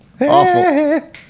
Awful